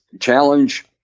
challenge